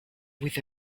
with